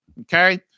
Okay